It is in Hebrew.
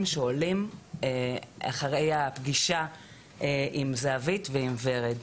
שעולים אחרי הפגישה עם זהבית ועם ורד.